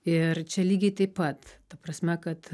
ir čia lygiai taip pat ta prasme kad